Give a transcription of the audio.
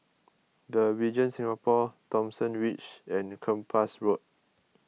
the Regent Singapore Thomson Ridge and Kempas Road